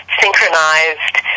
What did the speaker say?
synchronized